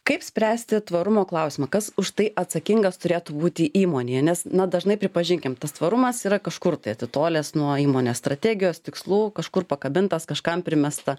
kaip spręsti tvarumo klausimą kas už tai atsakingas turėtų būti įmonėje nes na dažnai pripažinkim tas tvarumas yra kažkur tai atitolęs nuo įmonės strategijos tikslų kažkur pakabintas kažkam primesta